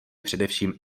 především